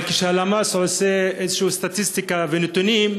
אבל כשהלמ"ס עושה איזושהי סטטיסטיקה ונתונים,